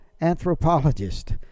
anthropologist